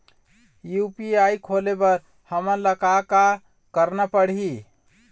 UPI खोले बर हमन ला का का करना पड़ही?